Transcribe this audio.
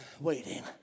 waiting